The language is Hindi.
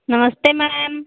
नमस्ते मैम